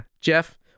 Jeff